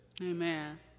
Amen